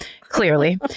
clearly